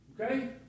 Okay